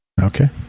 okay